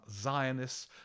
zionists